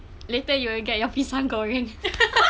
later you will get your pisang goreng